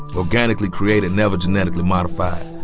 organically created, never genetically modified.